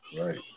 Right